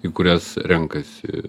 į kurias renkasi